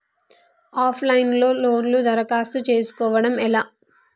Of line లో loan దరఖాస్తు చేసుకోవడం ఎలా?